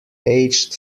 aged